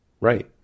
Right